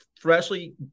freshly